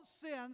sins